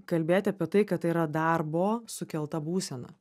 kalbėti apie tai kad tai yra darbo sukelta būsena